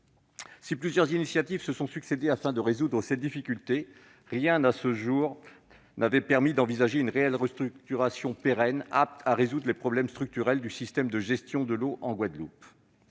Si plusieurs initiatives se sont succédé afin de résoudre ces difficultés, rien n'avait permis, à ce jour, d'envisager une réelle restructuration pérenne, apte à résoudre les problèmes structurels du système de gestion de l'eau en Guadeloupe.